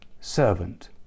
servant